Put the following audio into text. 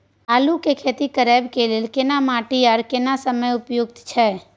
आलू के खेती करय के लेल केना माटी आर केना समय उपयुक्त छैय?